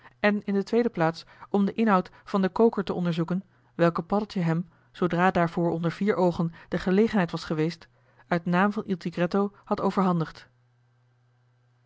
en in de tweede plaats om den inhoud van den koker te onderzoeken welken paddeltje hem zoodra daarvoor onder vier oogen de gelegenheid was geweest uit naam van il tigretto had overhandigd